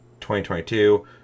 2022